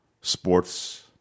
sports